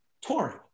touring